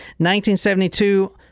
1972